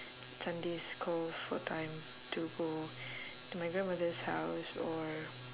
sundays call for time to go to my grandmother's house or